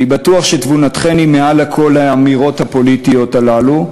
אני בטוח שתבונתכן היא מעל לכל האמירות הפוליטיות האלה,